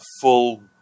full